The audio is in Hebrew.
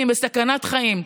כי הם בסכנת חיים.